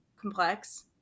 complex